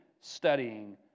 studying